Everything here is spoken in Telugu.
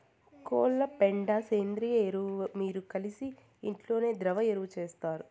కోళ్ల పెండ సేంద్రియ ఎరువు మీరు కలిసి ఇంట్లోనే ద్రవ ఎరువు చేస్తారు